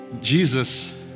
Jesus